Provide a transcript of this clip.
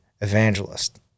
Evangelist